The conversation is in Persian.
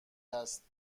هست